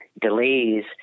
delays